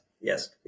yes